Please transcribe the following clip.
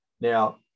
Now